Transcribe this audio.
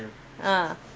ah